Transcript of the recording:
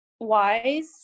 wise